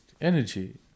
energy